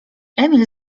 emil